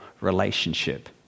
relationship